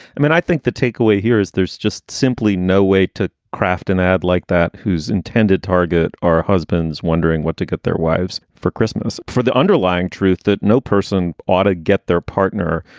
i mean, i think the takeaway here is there's just simply no way to craft an ad like that who's intended target or husbands wondering what to get their wives for christmas, for the underlying truth that no person ought to get their partner.